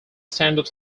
standard